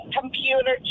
computer